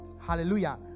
Hallelujah